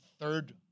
third